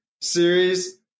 series